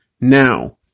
now